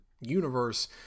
universe